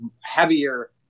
heavier